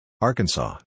Arkansas